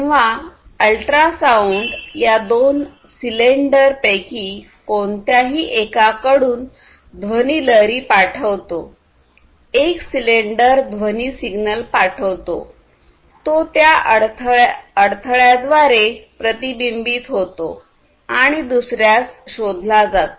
जेव्हा अल्ट्रासाउंडया दोन सिलेंडर पैकी कोणत्याही एकाकडून ध्वनिलहरी पाठवतो एक सिलेंडर ध्वनी सिग्नल पाठवते तो त्या अडथळाद्वारे प्रतिबिंबित होतो आणि दुसऱ्यास शोधला जातो